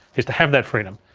is to have that freedom.